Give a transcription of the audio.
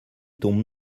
tombe